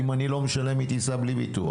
אם אני לא משלם היא תיסע בלי ביטוח.